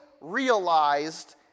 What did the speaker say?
realized